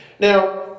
Now